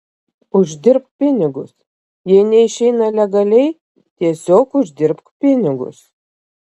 uždirbk pinigus jei neišeina legaliai tiesiog uždirbk pinigus